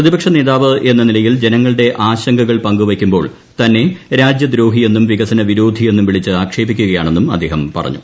പ്രതിപക്ഷ നേതാവ് എന്ന നിലയിൽ ജനങ്ങളുടെ ആശങ്കകൾ പങ്കുവെക്കുമ്പോൾ തന്നെ രാജ്യദ്രോഹിയെന്നും വികസന വിരോധി യെന്നും വിളിച്ച് ആക്ഷേപിക്കുകയാണെന്നും അദ്ദേഹം പറഞ്ഞു